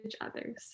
others